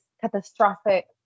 catastrophic